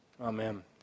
Amen